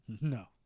No